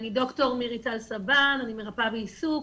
מרפאה בעיסוק,